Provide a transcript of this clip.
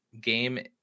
game